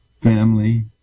family